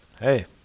Hey